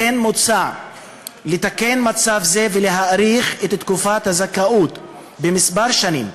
לכן מוצע לתקן מצב זה ולהאריך את תקופת הזכאות בכמה שנים,